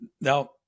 Now